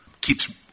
keeps